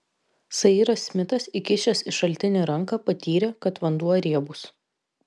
sairas smitas įkišęs į šaltinį ranką patyrė kad vanduo riebus